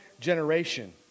generation